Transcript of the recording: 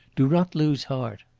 do not lose heart!